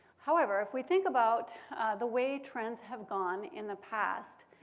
however, if we think about the way trends have gone in the past,